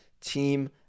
team